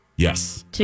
Yes